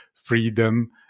Freedom